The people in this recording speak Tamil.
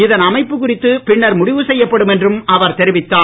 இதன் அமைப்பு குறித்து பின்னர் முடிவு செய்யப்படும் என்றும் அவர் தெரிவித்தார்